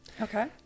Okay